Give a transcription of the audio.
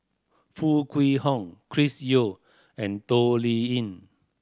Foo Kwee Horng Chris Yeo and Toh Liying